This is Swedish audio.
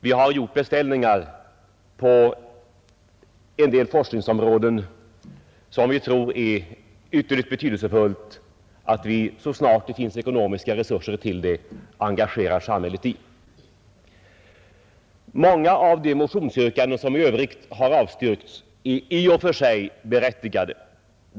Vi har gjort beställningar på en del forskningsområden, där det är betydelsefullt att samhället engagerar sig så snart det finns ekonomiska resurser för detta. Många av de motionsyrkanden som i övrigt har avstyrkts är i och för sig berättigade.